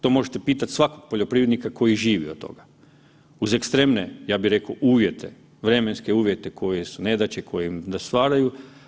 To možete pitat svakog poljoprivrednika koji živi od toga, uz ekstremne, ja bi reko uvjete, vremenske uvjete koje su nedaće, u kojim da stvaraju.